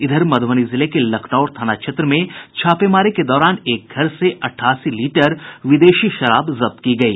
इधर मधुबनी जिले के लखनौर थाना क्षेत्र में छापेमारी के दौरान एक घर से अट्ठासी लीटर विदेशी शराब जब्त की गयी